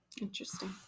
Interesting